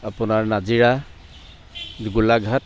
আপোনাৰ নাজিৰা গোলাঘাট